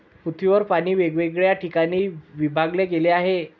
पृथ्वीवर पाणी वेगवेगळ्या ठिकाणी विभागले गेले आहे